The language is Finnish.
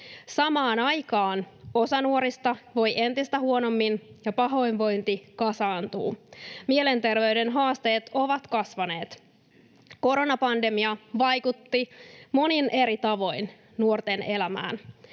Samaan aikaan osa nuorista voi entistä huonommin ja pahoinvointi kasaantuu. Mielenterveyden haasteet ovat kasvaneet. Koronapandemia vaikutti monin eri tavoin nuorten elämään.